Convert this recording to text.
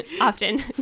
often